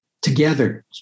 together